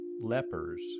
lepers